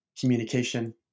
communication